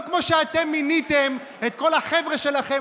לא כמו שאתם מיניתם את כל החבר'ה שלכם,